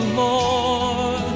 more